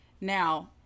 Now